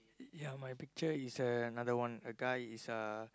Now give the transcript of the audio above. ya my picture is uh another one a guy is uh